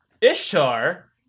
Ishtar